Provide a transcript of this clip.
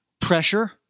Pressure